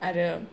आरो